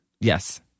Yes